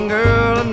girl